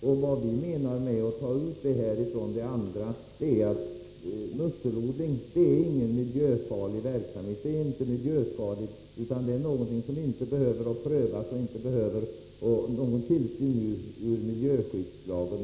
Att vi vill bryta ut den här frågan beror på att musselodling inte är någon miljöfarlig verksamhet. Den behöver inte prövas och behöver inte någon tillsyn enligt miljöskyddslagen.